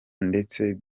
ndetse